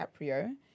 Caprio